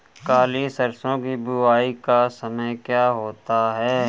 काली सरसो की बुवाई का समय क्या होता है?